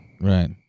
Right